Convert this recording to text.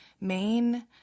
main